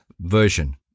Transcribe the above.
Version